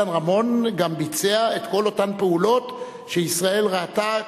אילן רמון גם ביצע את כל אותן פעולות שישראל ראתה